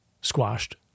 squashed